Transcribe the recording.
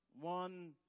One